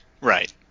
Right